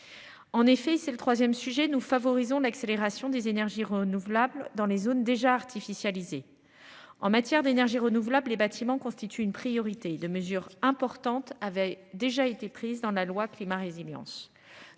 En effet, c'est le 3ème. Sujet, nous favorisons l'accélération des énergies renouvelables dans les zones déjà artificialisées en matière d'énergies renouvelables et bâtiments constitue une priorité de mesures importantes avaient déjà été prises dans la loi climat résilience